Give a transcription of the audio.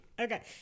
okay